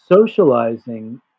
socializing